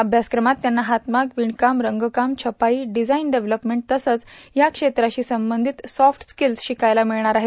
अभ्यासक्रमात त्यांना हातमाग विणक्वम रंगकाम छपाई डिझाईन डेवलपमेंट तसंच या क्षेत्राशी संबंधित स्फोट रिकल्स शिक्रायला मिळणार आहेत